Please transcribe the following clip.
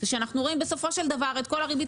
היא מכיוון שאנחנו רואים את כל הריבית